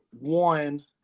one